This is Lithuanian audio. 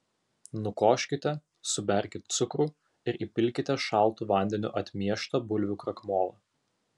nukoškite suberkit cukrų ir įpilkite šaltu vandeniu atmieštą bulvių krakmolą